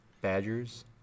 Badgers